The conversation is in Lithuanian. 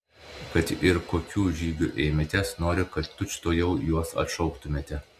kad ir kokių žygių ėmėtės noriu kad tučtuojau juos atšauktumėte